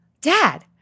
dad